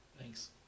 Thanks